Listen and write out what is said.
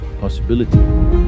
possibility